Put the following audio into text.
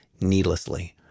needlessly